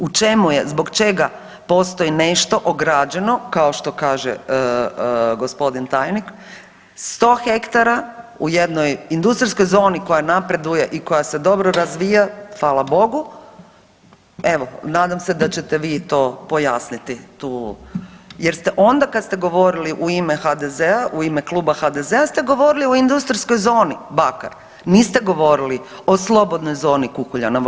U čemu je, zbog čega postoji nešto ograđeno kao što kaže gospodin tajnik, 100 hektara u jednoj industrijskoj zoni koja napreduje i koja se dobro razvija, hvala Bogu, evo nadam se da ćete vi to pojasniti tu jer ste onda kad ste govorili u ime HDZ-a u ima Kluba HDZ-a ste govorili o industrijskoj zoni Bakar, niste govorili o slobodnoj zoni Kukuljanovo.